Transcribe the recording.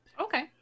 okay